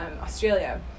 Australia